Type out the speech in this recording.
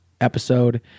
episode